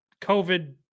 COVID